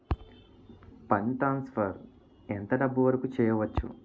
Fund transfer ఎంత డబ్బు వరుకు చేయవచ్చు?